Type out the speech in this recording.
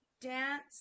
dance